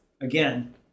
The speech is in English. again